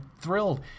thrilled